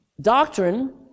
Doctrine